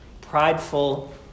prideful